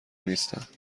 نیستند